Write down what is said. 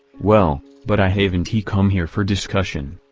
well, but i haven t come here for discussion.